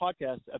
podcast